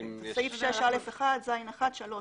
סעיף 6(א)(1), (ז)(1), (3)(ב).